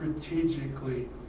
strategically